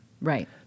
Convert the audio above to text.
Right